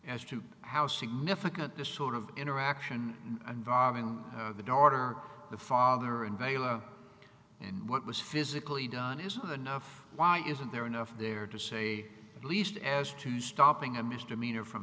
as to how significant this sort of interaction involving the daughter or the father in vail are and what was physically done isn't enough why isn't there enough there to say at least as to stopping a misdemeanor from